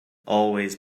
always